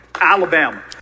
Alabama